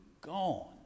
gone